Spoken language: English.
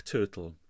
Turtle